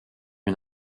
une